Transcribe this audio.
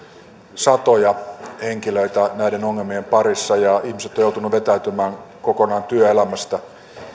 satoja henkilöitä näiden ongelmien parissa ja ihmiset ovat joutuneet vetäytymään kokonaan työelämästä